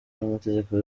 n’amategeko